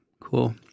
Cool